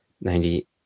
ninety